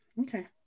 okay